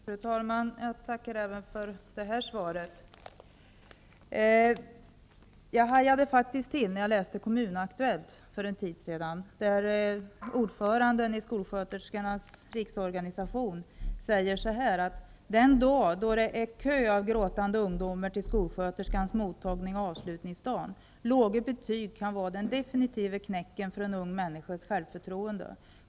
Fru talman! Jag tackar även för det här svaret. Jag hajade faktiskt till är jag läste Kommun Aktuellt för en tid sedan. Där säger ordföranden för skolsköterskornas riksorganisation så här: ''Den dag då det är kö av gråtande ungdomar till skolsköterskans mottagning är avslutningsdagen. Låga betyg kan vara den definitiva knäcken för en ung människas självförtroende.